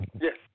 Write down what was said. Yes